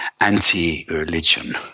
anti-religion